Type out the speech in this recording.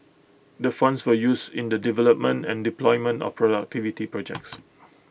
the funds were used in the development and deployment of productivity projects